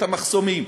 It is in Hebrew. את המחסומים,